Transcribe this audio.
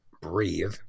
breathe